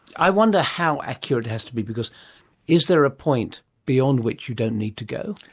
i wonder how accurate it has to be, because is there a point beyond which you don't need to go?